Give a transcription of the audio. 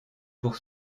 pour